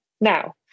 Now